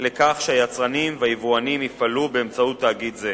לכך שהיצרנים והיבואנים יפעלו באמצעות תאגיד זה.